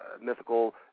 mythical